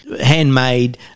Handmade